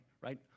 right